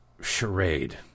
charade